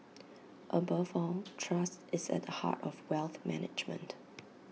above all trust is at the heart of wealth management